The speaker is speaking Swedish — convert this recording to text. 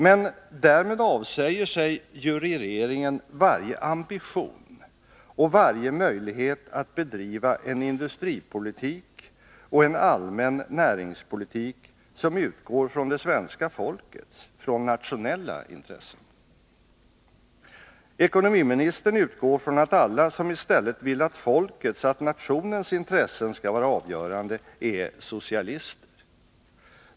Men därmed avsäger sig regeringen varje ambition och varje möjlighet att bedriva en industripolitik och en allmän näringspolitik som utgår från det svenska folkets — från nationella —- intressen. Ekonomiministern utgår från att alla som i stället vill att folkets, nationens intressen skall vara avgörande är socialister.